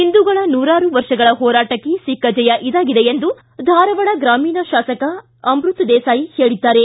ಹಿಂದೂಗಳ ನೂರಾರು ವರ್ಷಗಳ ಹೋರಾಟಕ್ಕೆ ಸಿಕ್ಕ ಜಯ ಇದಾಗಿದೆ ಎಂದು ಧಾರವಾಡ ಗ್ರಾಮೀಣ ಶಾಸಕ ಅಮ್ಬತ ದೇಸಾಯಿ ಹೇಳಿದ್ದಾರೆ